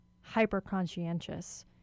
hyper-conscientious